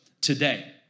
today